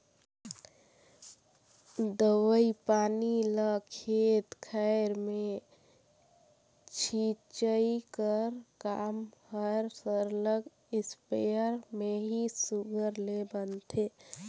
दवई पानी ल खेत खाएर में छींचई कर काम हर सरलग इस्पेयर में ही सुग्घर ले बनथे